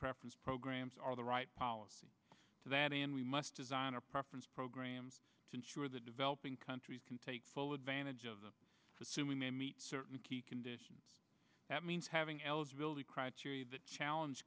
preference programs are the right policy to that and we must design our preference programs to ensure that developing countries can take full advantage of the assuming they meet certain key conditions that means having eligibility criteria that challenge